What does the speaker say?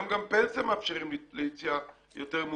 היום גם בפנסיה מאפשרים יציאה יותר מאוחרת.